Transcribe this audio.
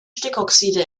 stickoxide